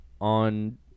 on